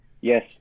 Yes